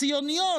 הציוניות,